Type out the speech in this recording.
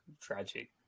tragic